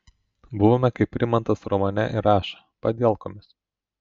buvome kaip rimantas romane ir rašo padielkomis